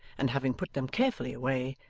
and having put them carefully away,